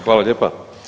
Hvala lijepa.